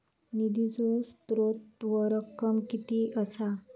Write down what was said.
निधीचो स्त्रोत व रक्कम कीती असा?